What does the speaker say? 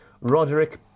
Roderick